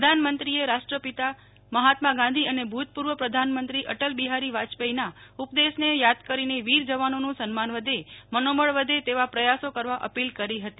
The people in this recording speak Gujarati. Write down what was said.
પ્રધાનમંત્રીએ રાષ્ટ્રપિતા મહાત્મા ગાંધી અને ભુતપુર્વ પ્રધાનમંત્રી અટલ બિહારી વાજપેયીના ઉપદેશને યાદ કરીને વીર જવાનોનું સન્માન વધે મનોબળ વધે તેવા પ્રયાસો કરવા અપીલ કરી હતી